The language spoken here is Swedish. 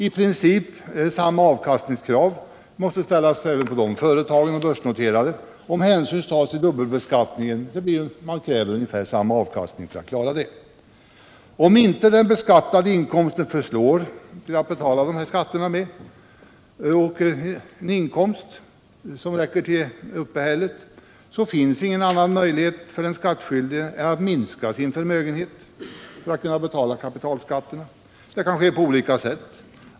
I princip måste samma avkastningskrav ställas på de börsnoterade företagen, om hänsyn tas till dubbelbeskattningen. Om inte den beskattade inkomsten förslår till att betala dessa skatter och till en inkomst för uppehället, finns ingen annan möjlighet för den skattskyldige än att minska sin förmögenhet, vilket kan ske på olika sätt.